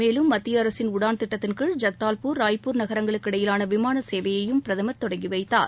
மேலும் மத்திய அரசின் உடான் திட்டத்தின் கீழ் ஜக்தால்பூர் ராய்ப்பூர் நகரங்களுக்கு இடையிலான விமான சேவையையும் பிரதமர் தொடங்கி வைத்தார்